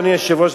אדוני היושב-ראש,